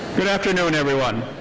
good afternoon everyone.